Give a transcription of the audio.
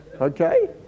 Okay